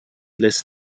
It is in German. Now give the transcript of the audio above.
lässt